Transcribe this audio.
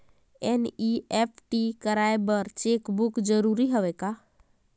NEFT कराय बर cheque book जरूरी हवय का?